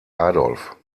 adolf